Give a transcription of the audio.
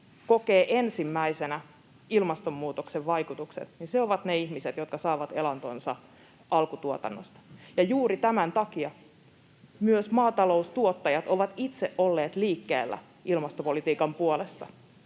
kokee ensimmäisenä ilmastonmuutoksen vaikutukset, niin ne ovat ne ihmiset, jotka saavat elantonsa alkutuotannosta. Juuri tämän takia myös maataloustuottajat ovat itse olleet liikkeellä ilmastopolitiikan puolesta.